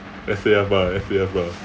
S_A_F ah S_A_F lah